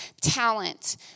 talent